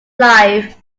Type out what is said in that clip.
life